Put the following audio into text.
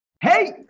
Hey